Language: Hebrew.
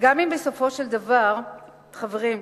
גם אם בסופו של דבר, חברים,